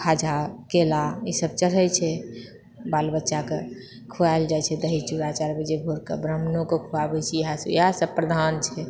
खाजा केला ई सब चढ़ैै छे बालबच्चाकेँ खुआल जाइछै दही चूड़ा चारि बजे भोरके ब्राह्मणोके खुआबैए छी इएह सब इएह सब प्रधान छिए